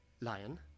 lion